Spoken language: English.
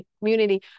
community